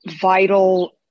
vital